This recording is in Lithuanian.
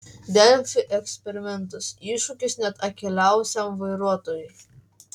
delfi eksperimentas iššūkis net akyliausiam vairuotojui